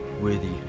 worthy